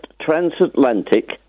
transatlantic